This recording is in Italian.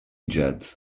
jazz